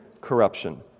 corruption